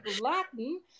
Latin